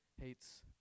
hates